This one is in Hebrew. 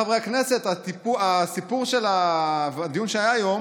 חבריי חברי הכנסת, הסיפור של הדיון שהיה היום